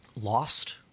lost